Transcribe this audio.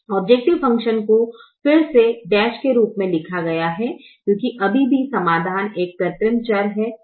objective function को फिर से डैश के रूप में लिखा गया है क्योंकि अभी भी समाधान मे एक कृत्रिम चर है